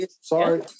sorry